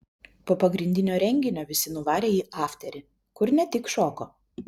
po pagrindinio renginio visi nuvarė į afterį kur ne tik šoko